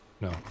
No